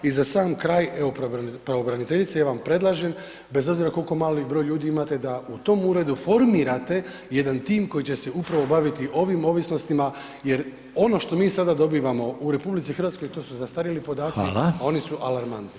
I za sam kraj, evo pravobraniteljice ja vam predlažem, bez obzira koliko mali broj ljudi da u tom uredu formirate jedan tim koji će se upravo baviti ovim ovisnostima jer ono što mi sada dobivamo u RH to su zastarjeli podaci [[Upadica: Hvala.]] a oni su alarmantni.